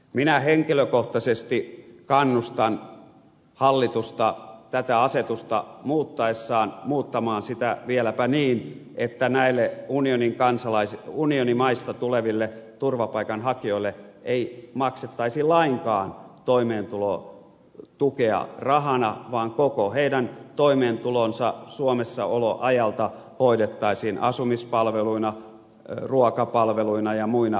minä henkilökohtaisesti kannustan hallitusta tätä asetusta muuttaessaan muuttamaan sitä vieläpä niin että näille unionimaista tuleville turvapaikanhakijoille ei maksettaisi lainkaan toimeentulotukea rahana vaan koko heidän toimeentulonsa suomessa olon ajalta hoidettaisiin asumispalveluina ruokapalveluina ja muina välttämättöminä palveluina